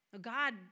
God